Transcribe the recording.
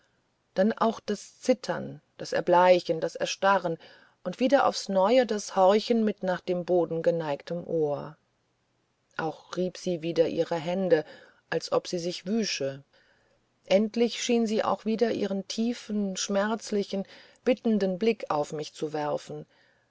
dann auch das zittern das erbleichen das erstarren und wieder aufs neue das horchen mit nach dem boden gebeugtem ohr auch rieb sie wieder ihre hände als ob sie sich wüsche endlich schien sie auch wieder ihren tiefen schmerzlichen bittenden blick auf mich zu werfen